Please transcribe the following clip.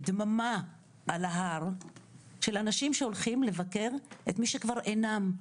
בדממה על הר של אנשים שהולכים לבקר את מי שכבר אינם,